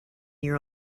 year